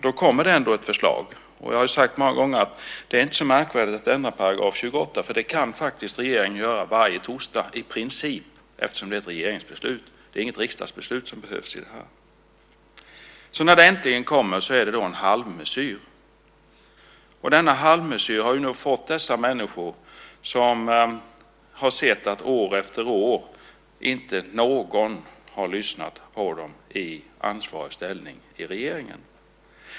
Då kommer det ändå ett förslag. Och jag har sagt många gånger att det inte är så märkvärdigt att ändra § 28. Det kan regeringen faktiskt göra i princip varje torsdag eftersom det är ett regeringsbeslut. Det behövs inget riksdagsbeslut. När förslaget äntligen kommer är det en halvmesyr, och människor har år efter år upplevt att inte någon i ansvarig ställning i regeringen har lyssnat på dem.